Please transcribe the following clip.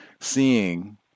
seeing